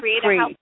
create